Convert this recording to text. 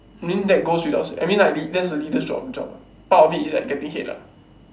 i mean that goes without say I mean like that's the leader's job job what part of it is like getting hate lah